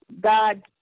God